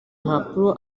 mpapuro